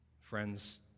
Friends